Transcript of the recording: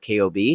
KOB